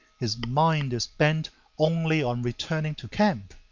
his mind is bent only on returning to camp.